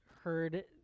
heard